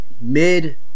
mid